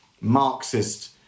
Marxist